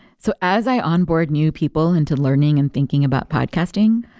so as i onboard new people into learning and thinking about podcasting,